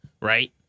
right